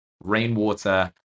rainwater